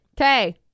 Okay